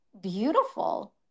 beautiful